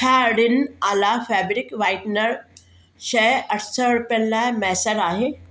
छा रिन आला fabric whitener शइ अठ सौ रुपियनि लाइ मयसरु आहे